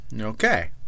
Okay